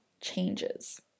changes